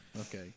okay